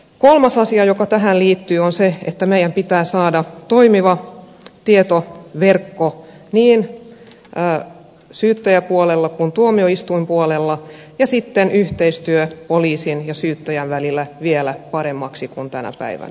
kolmas asia joka tähän liittyy on se että meidän pitää saada toimiva tietoverkko niin syyttäjäpuolelle kuin tuomioistuinpuolelle ja sitten yhteistyö poliisin ja syyttäjän välillä vielä paremmaksi kuin tänä päivänä